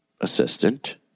assistant